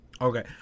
Okay